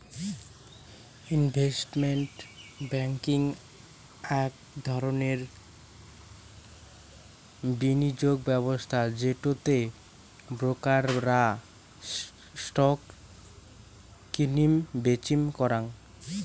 investment banking আক ধরণের বিনিয়োগ ব্যবস্থা যেটো তে ব্রোকার রা স্টক কিনিম বেচিম করাং